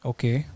Okay